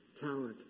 talent